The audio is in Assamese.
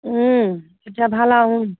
তেতিয়া ভাল আৰু